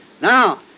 Now